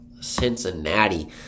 Cincinnati